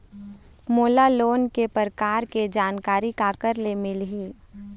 मोला लोन के प्रकार के जानकारी काकर ले मिल ही?